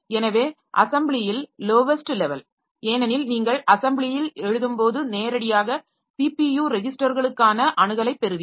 எனவே அசெம்பிளியில் lowest level ஏனெனில் நீங்கள் அசெம்பிளியில் எழுதும்போது நேரடியாக ஸிபியு ரெஜிஸ்டர்களுக்கான அணுகலைப் பெறுவீர்கள்